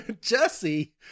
Jesse